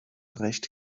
recht